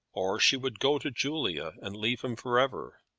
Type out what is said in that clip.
or she would go to julia and leave him for ever.